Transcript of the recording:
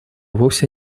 вовсе